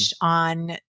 on